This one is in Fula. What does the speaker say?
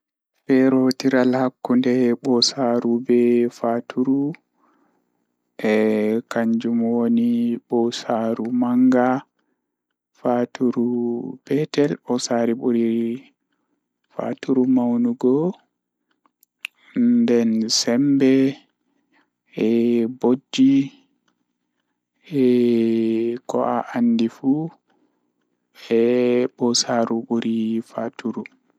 Kati e njarɗi ɓe njifti ko fowru e joomi, jooni haɓɓude, e hoore, kadi. Kati ɓe njifti ko waɗi njangol e ñiiɓe, ɓe waawti jibbine e maɓɓe e hoore kadi laawol e geɗe. Njari ɗoo ɓe waawti ko teddungal e jaɓɓude pawii e fittaare. Kati ɓe njifti e sabu wuyyi jeexi e jeyee, tuma njarɗi ɓe njifti njangol ngal ko waawde jaɓɓude fowru.